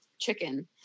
chicken